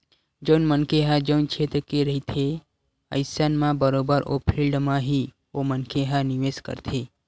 जउन मनखे ह जउन छेत्र के रहिथे अइसन म बरोबर ओ फील्ड म ही ओ मनखे ह निवेस करथे